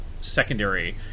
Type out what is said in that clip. secondary